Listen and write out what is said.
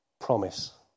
promise